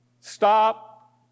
Stop